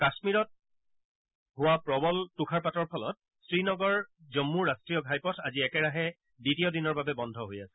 কাশ্মীৰত অঞ্চলটোত হোৱা প্ৰৱল তুষাৰপাতৰ ফলত শ্ৰীনগৰ জম্মু ৰাষ্ট্ৰীয় ঘাইপথ আজি একেৰাহে দ্বিতীয় দিনৰ বাবে বন্ধ হৈ আছে